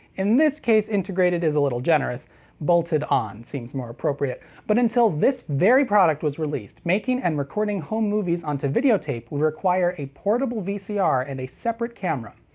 in this case, integrated is a little generous bolted on seems more appropriate but until this very product was released, making and recording home movies onto video tape would require a portable vcr and a separate camera.